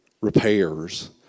repairs